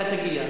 אתה תגיע.